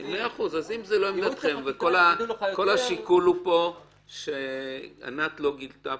אז אם זו לא עמדתכם וכל השיקול הוא פה שענת לא גילתה